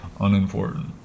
Unimportant